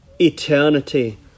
Eternity